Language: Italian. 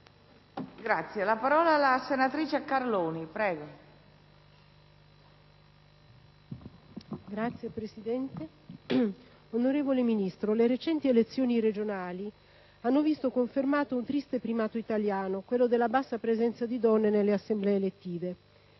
Ne ha facoltà. CARLONI *(PD)*. Signora Presidente, onorevole Ministro, le recenti elezioni regionali hanno visto confermato un triste primato italiano: quello della bassa presenza di donne nelle assemblee elettive.